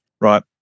Right